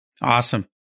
Awesome